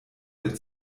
der